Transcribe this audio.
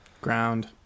Ground